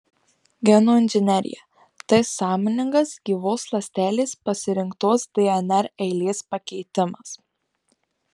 genų inžinerija tai sąmoningas gyvos ląstelės pasirinktos dnr eilės pakeitimas